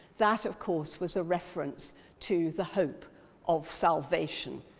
that, of course, was a reference to the hope of salvation,